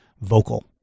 vocal